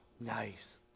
Nice